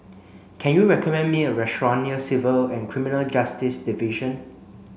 can you recommend me a restaurant near Civil and Criminal Justice Division